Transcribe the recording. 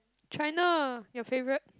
China your favourite